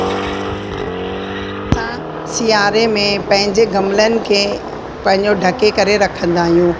जय झूलेलाल असां सियारे में पंहिंजे गमलनि खे पंहिंजो ढके करे रखंदा आहियूं